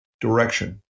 direction